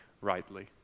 rightly